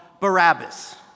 Barabbas